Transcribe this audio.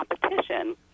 competition